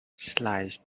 slice